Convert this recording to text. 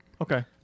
Okay